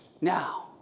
Now